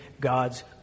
God's